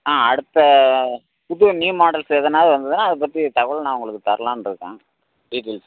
ஆ அடுத்த புது new models எதனாவது வந்ததுன்னால் அதைப் பற்றி தகவல் நான் உங்களுக்கு தரலானிருக்கேன் டீட்டெயில்ஸ்